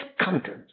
content